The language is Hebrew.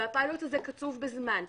והפילוט הזה קצוב בזמן,